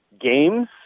games